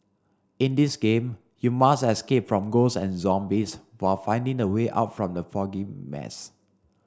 in this game you must escape from ghosts and zombies while finding the way out from the foggy maze